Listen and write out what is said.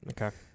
Okay